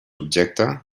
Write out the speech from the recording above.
objecte